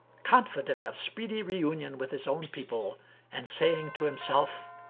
confident of speedy reunion with his own people and saying to himself,